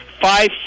five